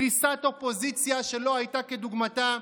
דריסת אופוזיציה שלא הייתה כדוגמתה,